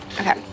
Okay